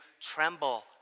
tremble